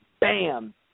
bam